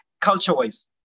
culture-wise